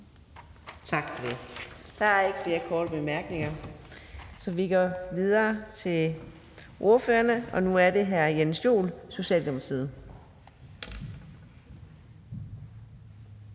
Tak for det. Der er ikke flere korte bemærkninger, så vi går videre til ordførerne. Det er hr. Jens Joel, Socialdemokratiet.